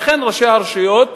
לכן ראשי הרשויות,